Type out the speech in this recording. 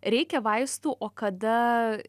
reikia vaistų o kada